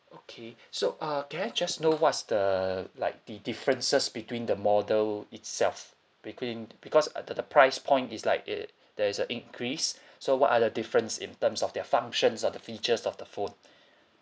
okay so uh can I just know what's the like the differences between the model itself between because uh the the price point is like it there's a increase so what are the difference in terms of their functions or the features of the phone